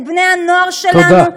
את בני-הנוער שלנו,